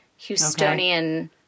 Houstonian